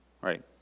right